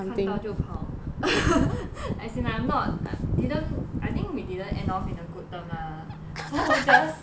看到就跑 as in I'm not didn't I think we didn't end off in a good term lah so just